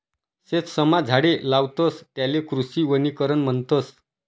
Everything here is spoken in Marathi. शेतसमा झाडे लावतस त्याले कृषी वनीकरण म्हणतस